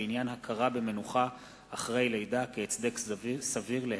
בעניין הכרה במנוחה אחרי לידה כהצדק סביר להיעדרות.